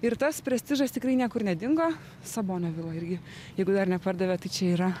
ir tas prestižas tikrai niekur nedingo sabonio vila irgi jeigu dar nepardavė tai čia yra